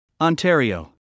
Ontario